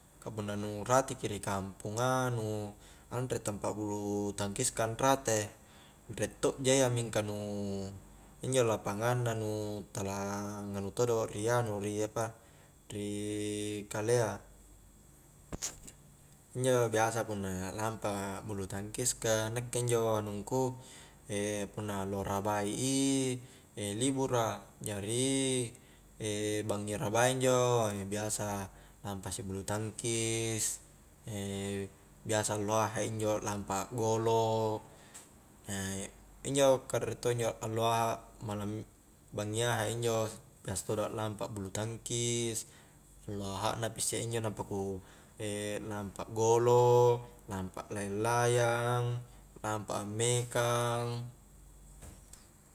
Ka punna nu rate ki ri kamponga, nu anre tampa bulu tangkiskang rate, riek tojja iya mingka nu injo lapangang na nu tala nganu todo ri anu ri apa-ri kalea injo biasa punna lampa bulu tangkis ka nakke injo anungku punna allo rabai i libura jari bangngi arabai injo biasa lampa isse bulutangkis biasa allo aha' injo lampa a golo' injo ka riek to injo allo aha' malam bangngi aha' injo biasa todo'a lampa bulu tangkis allo aha' na pi isse injo nampa ku lampa a'golo, lampa a'layang-layang, lampa ammekang